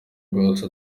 bwose